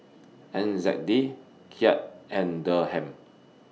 N Z D Kyat and Dirham